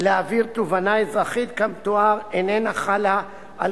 להעביר תובענה אזרחית כמתואר איננה חלה על